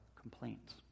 complaints